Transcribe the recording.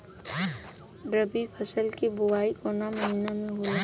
रबी फसल क बुवाई कवना महीना में होला?